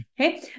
Okay